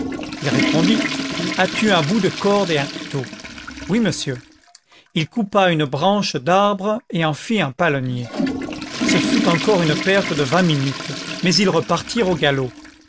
il répondit as-tu un bout de corde et un couteau oui monsieur il coupa une branche d'arbre et en fit un palonnier ce fut encore une perte de vingt minutes mais ils repartirent au galop